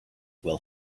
will